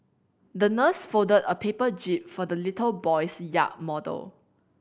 the nurse folded a paper jib for the little boy's yacht model